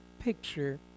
picture